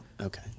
Okay